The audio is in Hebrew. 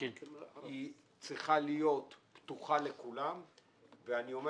היא צריכה להיות פתוחה לכולם ואני אומר